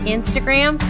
Instagram